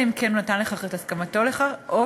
החוקה, חוק